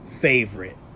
favorite